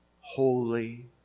holy